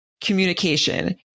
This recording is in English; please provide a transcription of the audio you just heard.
communication